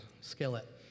Skillet